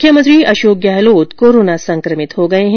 मुख्यमंत्री अशोक गहलोत कोरोना संक्रमित हो गए है